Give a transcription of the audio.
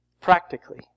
Practically